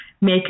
Make